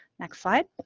next slide.